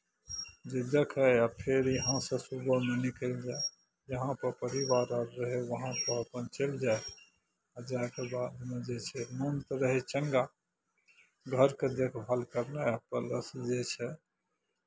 जे देखय आ फेर यहाँसँ सुबहमे निकलि जाय जहाँपर परिवार आर रहय वहाँपर अपन चलि जाय आ जाय कऽ बादमे जे छै मोन तऽ रहय चंगा घरके देखभाल करनाइ अपन लक्ष्य जे छै